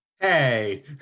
Hey